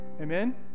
Amen